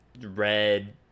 red